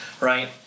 right